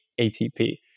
ATP